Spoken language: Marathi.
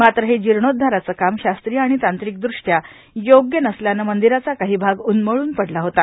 मात्र हे जीर्णोध्दाराचे काम शास्त्रीय आणि तांत्रिकदृष्टया योग्य नसल्याने मंदिराचा काही भाग उन्मळून पडला होता